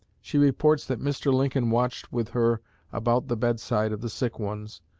she reports that mr. lincoln watched with her about the bedside of the sick ones,